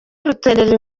rutenderi